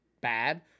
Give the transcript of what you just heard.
bad